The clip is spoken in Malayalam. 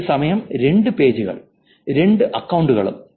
ഒരേ സമയം രണ്ട് പേജുകൾക്കും രണ്ട് അക്കൌണ്ടുകളും